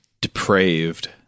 Depraved